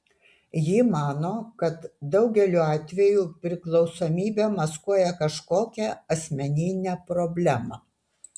ji mano kad daugeliu atveju priklausomybė maskuoja kažkokią asmeninę problemą